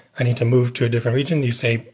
i need to move to a different region. you say,